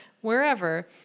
wherever